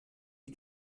die